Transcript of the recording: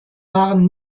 waren